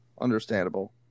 understandable